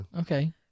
Okay